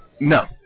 no